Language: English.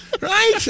right